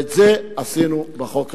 ואת זה עשינו בחוק הזה.